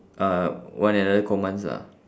uh one another commands ah